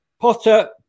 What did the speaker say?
Potter